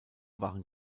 waren